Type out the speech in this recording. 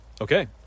okay